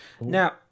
now